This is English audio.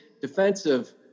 defensive